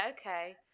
okay